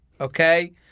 Okay